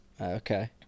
Okay